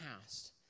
past